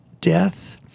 death